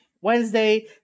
Wednesday